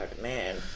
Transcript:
man